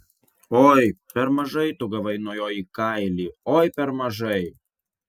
oi per mažai tu gavai nuo jo į kailį oi per mažai